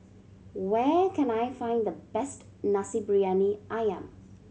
where can I find the best Nasi Briyani Ayam